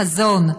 החזון,